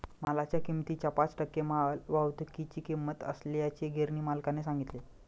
मालाच्या किमतीच्या पाच टक्के मालवाहतुकीची किंमत असल्याचे गिरणी मालकाने सांगितले